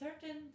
certain